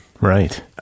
Right